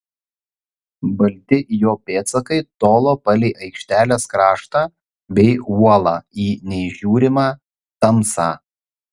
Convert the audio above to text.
balti jo pėdsakai tolo palei aikštelės kraštą bei uolą į neįžiūrimą tamsą